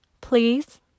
Please